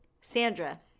Sandra